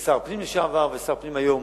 כשר פנים לשעבר וכשר פנים היום.